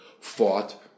fought